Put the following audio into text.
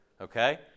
Okay